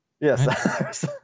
Yes